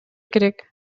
керек